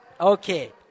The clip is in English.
Okay